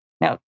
Now